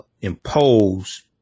impose